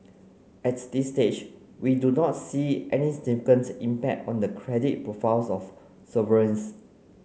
at this stage we do not see any significant impact on the credit profiles of sovereigns